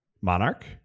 monarch